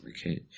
Okay